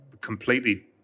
completely